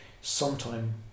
sometime